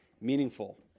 meaningful